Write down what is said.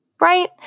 right